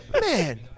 Man